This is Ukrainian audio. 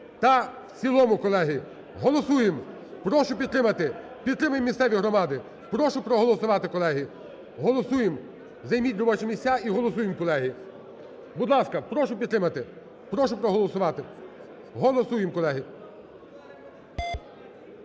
та в цілому, колеги. Голосуємо. Прошу підтримати. Підтримаємо місцеві громади. Прошу проголосувати, колеги, голосуємо. Займіть робочі місця і голосуємо, колеги. Будь ласка, прошу підтримати, прошу проголосувати, голосуємо, колеги.